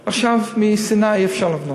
עכשיו, משנאה אי-אפשר לבוא.